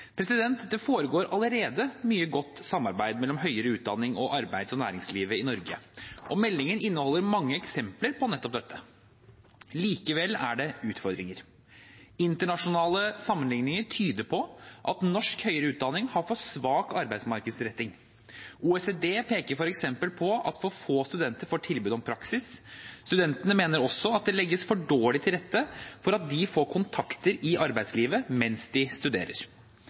Det foregår allerede mye godt samarbeid mellom høyere utdanning og arbeids- og næringslivet i Norge, og meldingen inneholder mange eksempler på nettopp dette. Likevel er det utfordringer. Internasjonale sammenligninger tyder på at norsk høyere utdanning har for svak arbeidsmarkedsretting. OECD peker f.eks. på at for få studenter får tilbud om praksis. Studentene mener også at det legges for dårlig til rette for at de får kontakter i arbeidslivet mens de studerer.